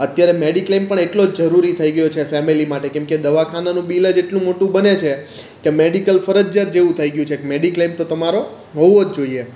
અત્યારે મેડિક્લેમ પણ એટલો જ જરૂરી થઈ ગયો છે ફેમીલી માટે કેમકે દવાખાનાનું બિલ જ એટલું મોટું બને છે કે મેડિકલ ફરજીયાત જેવું થઈ ગયું છે કે મેડિક્લેમ તો તમારો હોવો જ જોઈએ